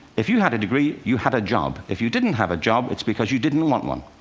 if you had a degree, you had a job. if you didn't have a job, it's because you didn't want one.